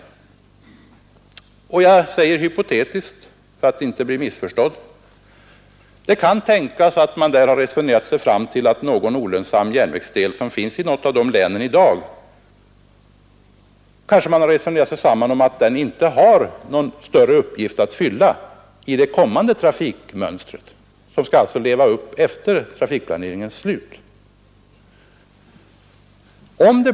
Jag säger också — hypotetiskt, för att inte bli missförstådd — att det kan tänkas att man resonerar sig fram till att det där finns någon olönsam järnvägslinje, som inte har någon större uppgift att fylla i det kommande trafikmönstret, vilket skall tillämpas efter trafikplaneringens slutförande.